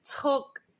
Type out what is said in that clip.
took